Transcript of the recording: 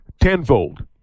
tenfold